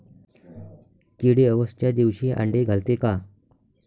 किडे अवसच्या दिवशी आंडे घालते का?